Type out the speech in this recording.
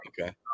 Okay